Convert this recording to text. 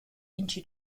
into